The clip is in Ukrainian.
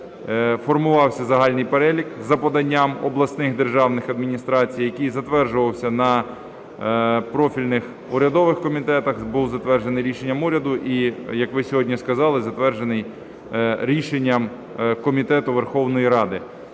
Формувався загальний перелік за поданням обласних державних адміністрацій, який затверджувався на профільних урядових комітетах, був затверджений рішенням уряду, і, як ви сьогодні сказали, затверджений рішенням комітету Верховної Ради.